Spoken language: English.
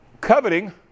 coveting